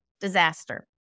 disaster